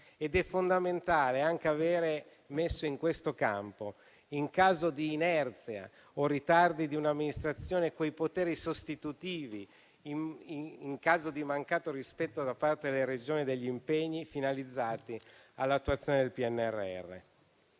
È fondamentale anche aver messo in questo campo, in caso d'inerzia o ritardo di un'amministrazione, i poteri sostitutivi in caso di mancato rispetto da parte delle Regioni degli impegni finalizzati all'attuazione del PNRR.